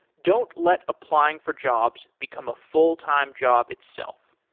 don't let applying for jobs become a full-time job itself.